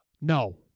No